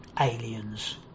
aliens